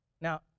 Now